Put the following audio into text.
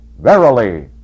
Verily